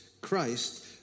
Christ